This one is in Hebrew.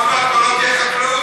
עוד מעט כבר לא תהיה חקלאות.